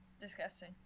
Disgusting